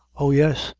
oh, yes,